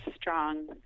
strong